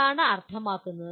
അതാണ് അർത്ഥമാക്കുന്നത്